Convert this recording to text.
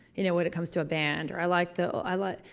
you know, when it comes to a band or i liked the old, i liked,